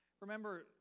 Remember